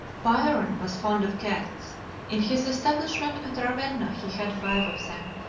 byron was fond of cats in his establishment at ravenna he had five of them.